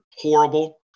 horrible